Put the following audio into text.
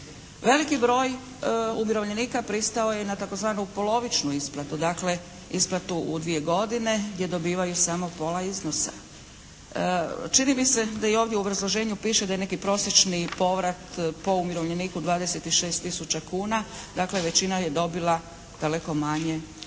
Veliki broj umirovljenika pristao je na tzv. polovičnu isplatu dakle isplatu u dvije godine gdje dobivaju samo pola iznosa. Čini mi se da i ovdje u obrazloženju piše da je neki prosječni povrat po umirovljeniku 26 tisuća kuna. Dakle većina je dobila daleko manje od